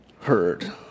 heard